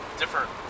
different